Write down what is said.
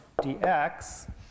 DX